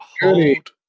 hold